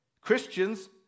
Christians